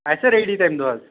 آسیٛاہ رٮ۪ڈی تَمہِ دۄہ حظ